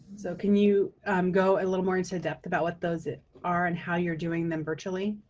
so can you go a little more into depth about what those are and how you're doing them virtually?